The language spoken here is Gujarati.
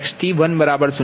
તેથી Ifg11 0